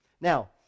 Now